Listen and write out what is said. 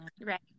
Right